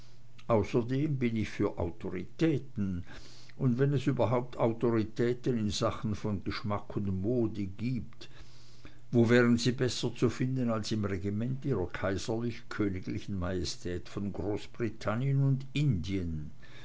außerdem bin ich für autoritäten und wenn es überhaupt autoritäten in sachen von geschmack und mode gibt wo wären sie besser zu finden als im regiment ihrer kaiserlich königlichen majestät von großbritannien und indien